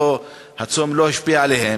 כשהצום עוד לא השפיע עליהם,